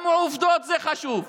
גם העובדות חשובות.